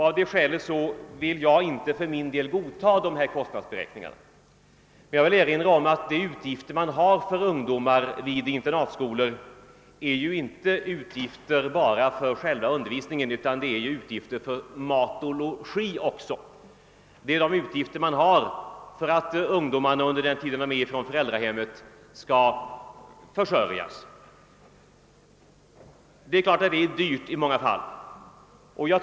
Av det skälet kan jag för min del inte godta dessa kostnadsberäkningar. Jag vill erinra om att de utgifter man har för ungdomarna vid internatskolorna inte bara är utgifter för själva undervisningen, utan det är också utgifter för mat och logi; d.v.s. de utgifter man har för ungdomarna under den tid de är borta från föräldrahemmet. Det är klart att detta i många fall är dyrt.